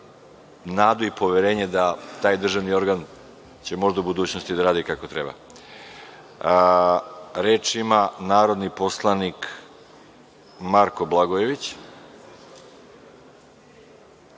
nadu i poverenje da taj državni organ će možda u budućnosti da radi kako treba. Reč ima narodni poslanik Marko Blagojević.